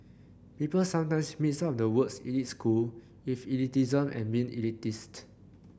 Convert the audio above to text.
people sometimes mix up the words elite school with elitism and being elitist